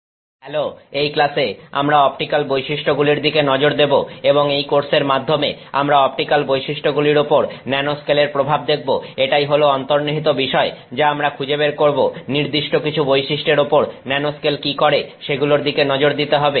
optical বৈশিষ্ট্যগুলির ওপর ন্যানোস্কেলের প্রভাব হ্যালো এই ক্লাসে আমরা অপটিক্যাল বৈশিষ্ট্যগুলির দিকে নজর দেবো এবং এই কোর্স এর মাধ্যমে আমরা অপটিক্যাল বৈশিষ্ট্যগুলির উপর ন্যানোস্কেল এর প্রভাব দেখব এটাই হলো অন্তর্নিহিত বিষয় যা আমরা খুজে বের করব নির্দিষ্ট কিছু বৈশিষ্ট্যের ওপর ন্যানোস্কেল কি করে সেগুলোর দিকে নজর দিতে হবে